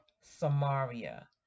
Samaria